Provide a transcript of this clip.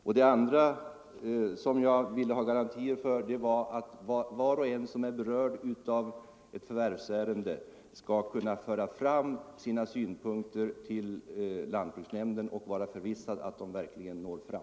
För det andra ville jag ha garantier för att var och en som är berörd av ett förvärvsärende skall kunna föra fram sina synpunkter till lantbruksnämnden och vara förvissad om att de verkligen når fram.